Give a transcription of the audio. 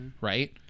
right